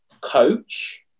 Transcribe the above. coach